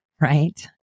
right